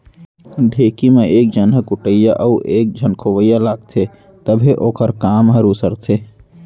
ढेंकी म एक झन ह कुटइया अउ एक झन खोवइया लागथे तभे ओखर काम हर उसरथे